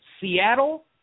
Seattle